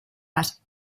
las